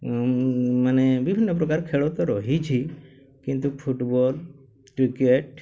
ମାନେ ବିଭିନ୍ନ ପ୍ରକାର ଖେଳ ତ ରହିଛି କିନ୍ତୁ ଫୁଟ୍ବଲ୍ କ୍ରିକେଟ୍